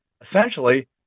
essentially